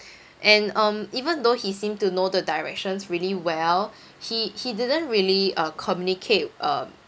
and um even though he seemed to know the directions really well he he didn't really uh communicate um